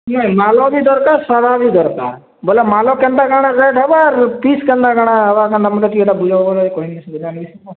ନାଇଁ ମାଳ ବି ଦରକାର ବି ଦରକାର ବୋଇଲେ ମାଳ କେନ୍ତା କାଣା ରେଟ୍ ହେବା ଆର ପିସ୍ କେନ୍ତା କାଣା ହେବା କେନ୍ତା ମୋତେ ଟିକେ ହେନ୍ତା ବୁଝାବା ଲାଗି କହିଲେ ସୁବିଧା ମିଳିଯିବା